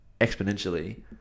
exponentially